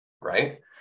right